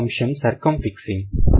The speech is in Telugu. రెండవ అంశం సర్కమ్ ఫిక్సింగ్